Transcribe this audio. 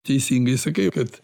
teisingai sakai kad